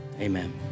Amen